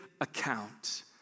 account